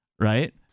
right